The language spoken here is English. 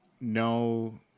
no